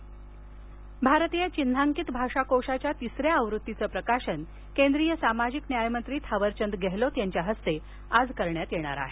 गहलोत भारतीय चिन्हांकित भाषाकोशाच्या तिसऱ्या आवृत्तीचं प्रकाशन केंद्रीय सामाजिक न्यायमंत्री थावरचंद गेहलोत यांच्या हस्ते आज करण्यात येणार आहे